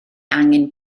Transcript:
angen